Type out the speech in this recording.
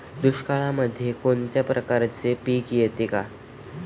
दुष्काळामध्ये कोणत्या प्रकारचे पीक येते का?